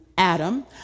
Adam